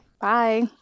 Bye